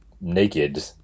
naked